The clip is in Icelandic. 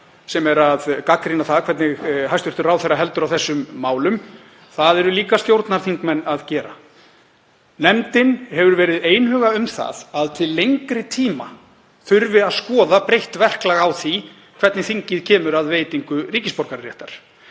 sem gagnrýnir það hvernig hæstv. ráðherra heldur á þessum málum, það gera líka stjórnarþingmenn. Nefndin hefur verið einhuga um það að til lengri tíma þurfi að skoða breytt verklag á því hvernig þingið kemur að veitingu ríkisborgararéttar.